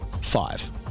Five